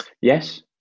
Yes